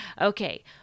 Okay